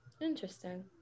Interesting